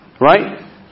Right